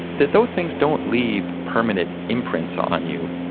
that those things don't leave permanent imprints on you,